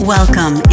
Welcome